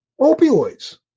opioids